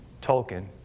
Tolkien